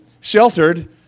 sheltered